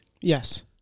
Yes